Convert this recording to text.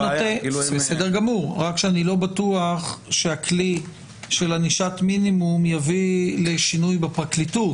אני לא בטוח שהכלי של ענישת מינימום יביא לשינוי בפרקליטות.